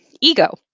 ego